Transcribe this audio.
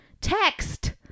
text